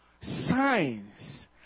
Signs